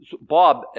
Bob